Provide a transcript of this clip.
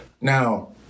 Now